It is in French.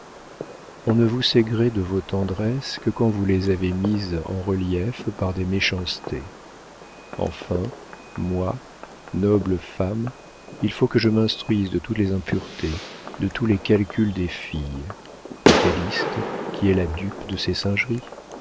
on ne vous sait gré de vos tendresses que quand vous les avez mises en relief par des méchancetés enfin moi noble femme il faut que je